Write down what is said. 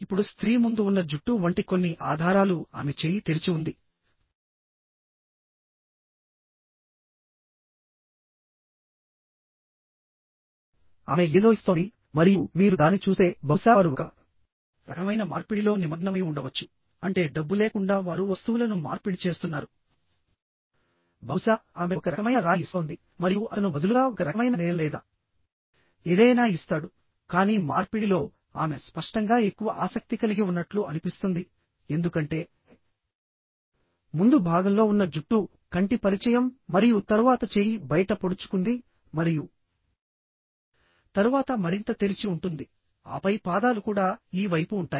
ఇప్పుడు స్త్రీ ముందు ఉన్న జుట్టు వంటి కొన్ని ఆధారాలు ఆమె చేయి తెరిచి ఉంది ఆమె ఏదో ఇస్తోంది మరియు మీరు దానిని చూస్తే బహుశా వారు ఒక రకమైన మార్పిడిలో నిమగ్నమై ఉండవచ్చు అంటే డబ్బు లేకుండా వారు వస్తువులను మార్పిడి చేస్తున్నారు బహుశా ఆమె ఒక రకమైన రాయి ఇస్తోంది మరియు అతను బదులుగా ఒక రకమైన నేల లేదా ఏదైనా ఇస్తాడు కానీ మార్పిడిలో ఆమె స్పష్టంగా ఎక్కువ ఆసక్తి కలిగి ఉన్నట్లు అనిపిస్తుంది ఎందుకంటే ముందు భాగంలో ఉన్న జుట్టు కంటి పరిచయం మరియు తరువాత చేయి బయట పొడుచుకుంది మరియు తరువాత మరింత తెరిచి ఉంటుంది ఆపై పాదాలు కూడా ఈ వైపు ఉంటాయి